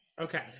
Okay